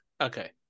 Okay